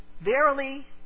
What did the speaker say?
verily